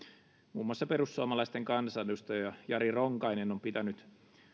muun muassa perussuomalaisten kansanedustaja jari ronkainen on pitänyt